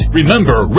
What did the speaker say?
Remember